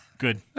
Good